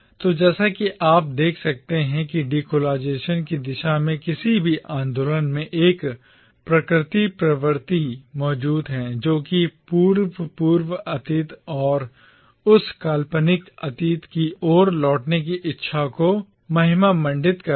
तो जैसा कि आप यहां देख सकते हैं डीकोलाइज़ेशन की दिशा में किसी भी आंदोलन में एक प्राकृतिक प्रवृत्ति मौजूद है जो कि पूर्व पूर्व अतीत और उस काल्पनिक अतीत की ओर लौटने की इच्छा को महिमामंडित करती है